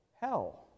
hell